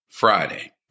Friday